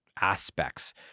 aspects